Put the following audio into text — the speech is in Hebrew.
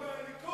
לא, מהליכוד.